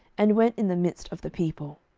and went in the midst of the people.